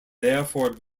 therefore